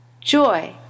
joy